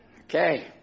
Okay